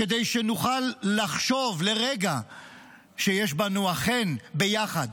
כדי שנוכל לחשוב לרגע שיש בנו אכן ביחד.